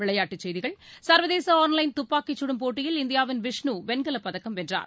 விளையாட்டுச் செய்திகள் சர்வதேசஆன்லைன் துப்பாக்கிச் சுடும் போட்டியில் இந்தியாவின் விஷ்ணு வெங்கலப் பதக்கம் வென்றார்